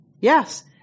Yes